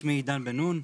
שמי עידן בן נון,